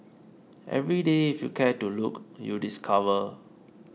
every day if you care to look you discover